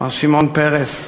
מר שמעון פרס,